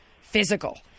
physical